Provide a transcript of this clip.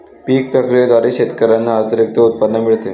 पीक प्रक्रियेद्वारे शेतकऱ्यांना अतिरिक्त उत्पन्न मिळते